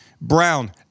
Brown